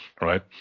right